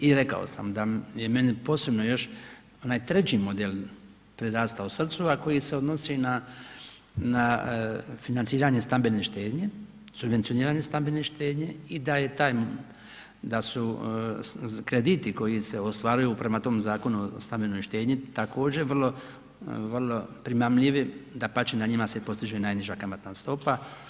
I rekao sam da je meni posebno još onaj treći model prirastao srcu a koji se donosi na financiranje stambene štednje, subvencioniranje stambene štednje i da je taj, da su krediti koji se ostvaruju prema tom Zakonu o stambenoj štednji također vrlo primamljivi, dapače na njima se postiže najniža kamatna stopa.